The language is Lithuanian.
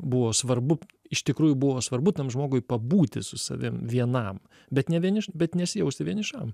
buvo svarbu iš tikrųjų buvo svarbu tam žmogui pabūti su savim vienam bet ne vieniš bet nesijausti vienišam